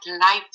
life